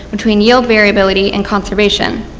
between yield variability and conservation.